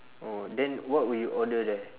oh then what will you order there